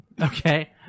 Okay